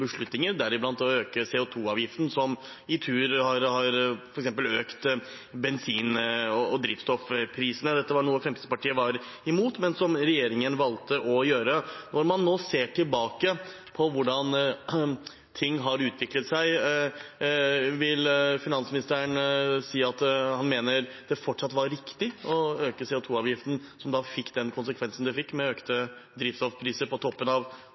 beslutninger, deriblant å øke CO 2 -avgiften, som i sin tur har økt f.eks. bensin- og drivstoffprisene. Dette var noe som Fremskrittspartiet var imot, men som regjeringen valgte å gjøre. Når man nå ser tilbake på hvordan ting har utviklet seg – vil finansministeren si at han mener at det fortsatt var riktig å øke CO 2 -avgiften, som da fikk den konsekvensen det fikk, med økte drivstoffpriser, på toppen av